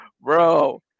Bro